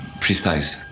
precise